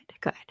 good